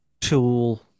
tool